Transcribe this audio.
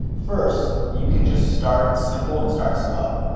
first, you can just start simple and start slow.